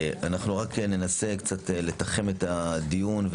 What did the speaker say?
ננסה לתחם את הדיון.